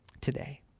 today